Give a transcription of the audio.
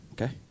Okay